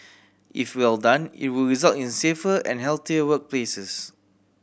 if well done it would result in safer and healthier workplaces